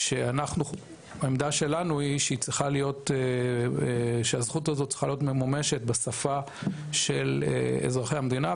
העמדה שלנו היא שהזכות הזאת צריכה להיות ממומשת בשפה של אזרחי המדינה,